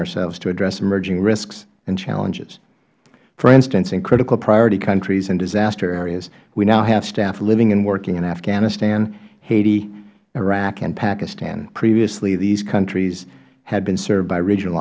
ourselves to address emerging risks and challenges for instance in critical priority countries and disaster areas we now have staff living and working in afghanistan haiti iraq and pakistan previously these countries had been served by regional